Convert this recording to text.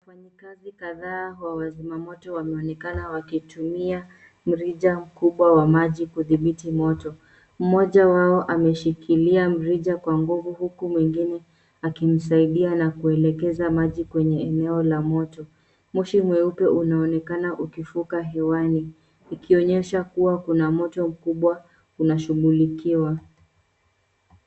Wafanyakazi kadhaa wa wazimamoto wameonekana wakitumia mrija mkubwa wa maji kudhibiti moto. Mmoja wao ameshikilia mrija kwa nguvu huku mwingine akimsaidia akielekeza maji kwenye eneo la moto. Moshi mweupe unaonekana ukifuka hewani ikionyesha kuwa kuna moto mkubwa unashughulikiwa.